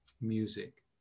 music